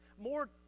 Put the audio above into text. more